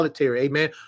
Amen